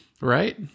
right